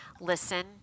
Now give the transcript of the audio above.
listen